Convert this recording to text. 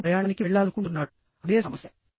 కొడుకు ప్రయాణానికి వెళ్లాలనుకుంటున్నాడు అదే సమస్య